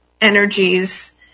energies